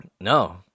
No